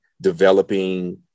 developing